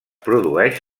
produeix